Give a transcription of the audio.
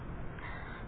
കണ്ടെത്തുന്നു